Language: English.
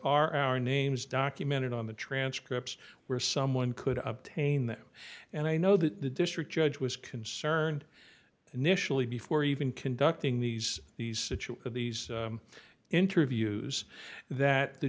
are our names documented on the transcripts where someone could obtain them and i know that the district judge was concerned initially before even conducting these these situ of these interviews that the